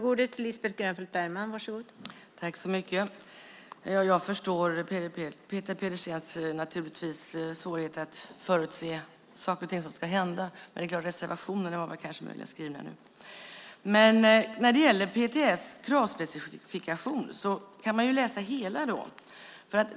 Fru talman! Jag förstår Peter Pedersens svårigheter att förutse saker och ting som ska hända. Men reservationerna var kanske möjligen skrivna nu. När det gäller PTS kravspecifikation kan man läsa hela.